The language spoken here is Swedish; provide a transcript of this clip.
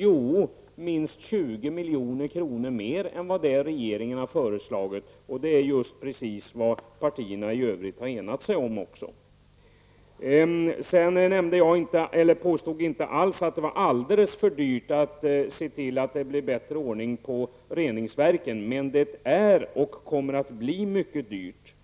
Jo, det skulle bli minst 20 milj.kr. mer än vad regeringen har föreslagit. Det är just vad partierna har enat sig om. Jag påstod inte alls att det är alldeles för dyrt att se till att det blir en bättre ordning på reningsverken, men det är och kommer att bli mycket dyrt.